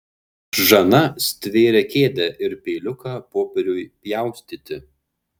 žana stvėrė kėdę ir peiliuką popieriui pjaustyti